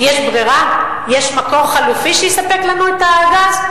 יש ברירה, יש מקור חלופי שיספק לנו את הגז?